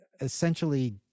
essentially